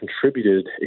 contributed